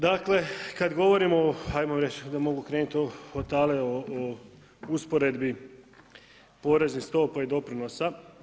Dakle, kada govorimo o, ajmo reći onda mogu krenuti otale o usporedbi poreznih stopa i doprinosa.